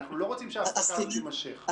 אנחנו לא רוצים שההפסקה הזאת תימשך.